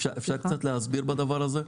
ישראל